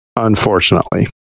Unfortunately